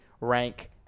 rank –